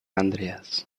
andreas